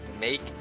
make